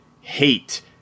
hate